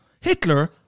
Hitler